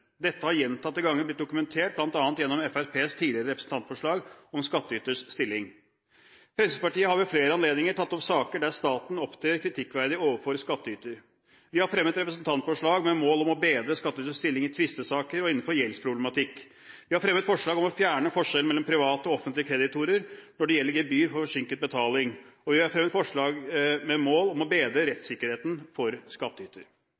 Dette har gjentatte ganger blitt dokumentert bl.a. gjennom Fremskrittspartiets tidligere representantforslag om skattyters stilling. Fremskrittspartiet har ved flere anledninger tatt opp saker der staten opptrer kritikkverdig overfor skattyter. Vi har fremmet representantforslag med mål om å bedre skattyters stilling i tvistesaker og innenfor gjeldsproblematikk. Vi har fremmet forslag om å fjerne forskjellen mellom private og offentlige kreditorer når det gjelder gebyr for forsinket betaling, og vi har fremmet forslag med mål om å bedre